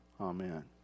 Amen